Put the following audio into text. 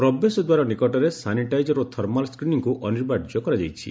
ପ୍ରବେଶଦ୍ୱାର ନିକଟରେ ସାନିଟାଇଜର୍ ଓ ଥର୍ମାଲ୍ ସ୍କ୍ରିନିଂକୁ ଅନିବାର୍ଯ୍ୟ କରାଯାଇଛି